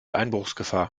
einbruchsgefahr